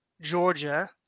Georgia